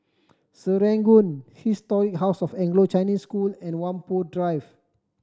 Serangoon Historic House of Anglo Chinese School and Whampoa Drive